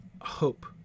hope